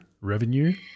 Revenue